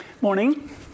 Morning